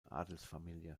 adelsfamilie